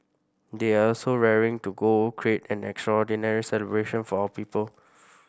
they are also raring to go create an extraordinary celebration for our people